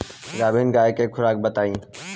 गाभिन गाय के खुराक बताई?